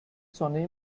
sonne